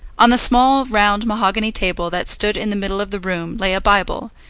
on the small round mahogany table that stood in the middle of the room lay a bible,